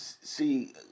see